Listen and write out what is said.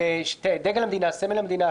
סמל המדינה,